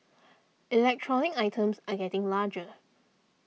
electronic items are getting larger